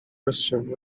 reswm